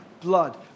blood